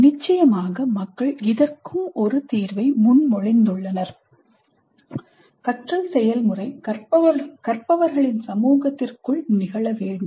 நிச்சயமாக மக்கள் இதற்கும் ஒரு தீர்வை முன்மொழிந்துள்ளனர் கற்றல் செயல்முறை கற்பவர்களின் சமூகத்திற்குள் நிகழ வேண்டும்